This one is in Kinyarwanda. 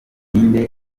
nde